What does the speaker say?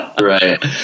Right